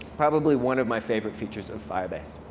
probably one of my favorite features of firebase.